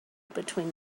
between